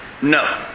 No